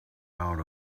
out